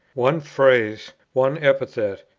one phrase, one epithet,